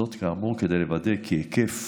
זאת, כאמור, כדי לוודא כי היקף